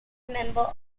member